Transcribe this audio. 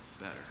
better